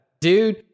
Dude